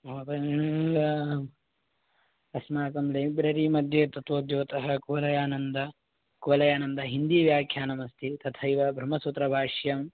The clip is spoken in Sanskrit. महोदय इल्ला अस्माकं लैब्ररि मध्ये तत्त्वोद्योतः कुवलयानन्दः कुवलयानन्दः हिन्दी व्याख्यानमस्ति तथैव ब्रह्मसूत्रभाष्यं